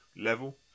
level